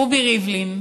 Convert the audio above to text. רובי ריבלין,